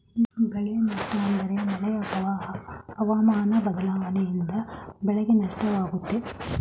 ಬೆಳೆ ನಷ್ಟ ಅಂದ್ರೆ ಮಳೆ ಅತ್ವ ಹವಾಮನ ಬದ್ಲಾವಣೆಯಿಂದ ಬೆಳೆಗೆ ನಷ್ಟ ಆಗುತ್ತೆ